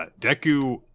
Deku